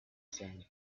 said